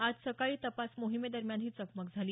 आज सकाळी तपास मोहिमेदरम्यान ही चकमक झाली